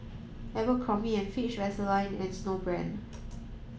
Abercrombie and Fitch Vaseline and Snowbrand